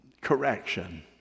correction